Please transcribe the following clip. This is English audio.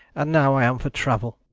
and now i am for travel.